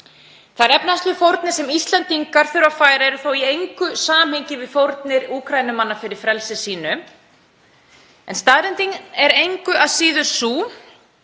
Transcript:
Þær efnahagslegu fórnir sem Íslendingar þurfa að færa eru þó í engu samhengi við fórnir Úkraínumanna fyrir frelsi sínu en staðreyndin er engu að síður sú